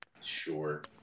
Sure